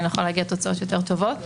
נוכל להגיע לתוצאות טובות יותר.